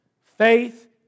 Faith